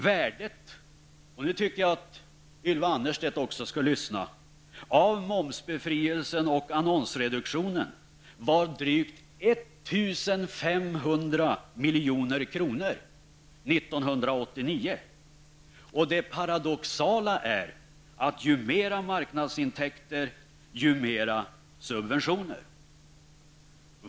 Värdet av momsbefrielsen och annonsreduktionen -- och nu tycker jag att Ylva Annerstedt alltså skall lyssna -- var drygt 1 500 milj.kr. 1989. Det paradoxala: ju mera marknadsintäkter ju mera subvention.